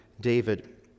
David